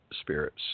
spirits